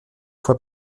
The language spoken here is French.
fois